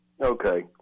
Okay